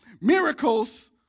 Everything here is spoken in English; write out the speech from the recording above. miracles